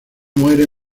muere